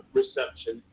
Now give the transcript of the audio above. reception